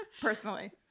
personally